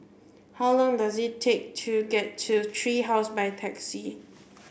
how long does it take to get to Tree House by taxi